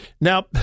Now